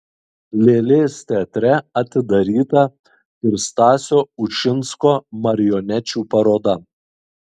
lėlės teatre atidaryta ir stasio ušinsko marionečių paroda